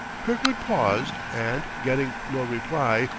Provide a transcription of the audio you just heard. kirkwood paused, and, getting no reply,